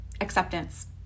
Acceptance